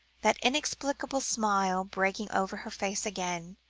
that inexplicable smile breaking over her face again.